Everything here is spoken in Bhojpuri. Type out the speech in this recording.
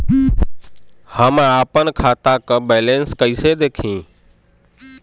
हम आपन खाता क बैलेंस कईसे देखी?